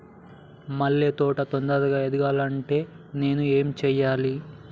మల్లె తోట తొందరగా ఎదగాలి అంటే నేను ఏం చేయాలి?